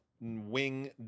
Wing